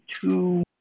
two